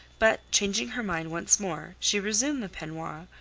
but changing her mind once more she resumed the peignoir,